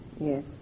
Yes